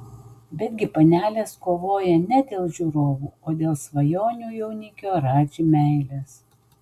betgi panelės kovoja ne dėl žiūrovų o dėl svajonių jaunikio radži meilės